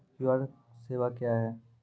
QR सेवा क्या हैं?